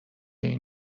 این